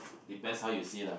depends how you see lah